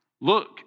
Look